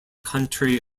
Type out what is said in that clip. country